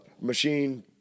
machine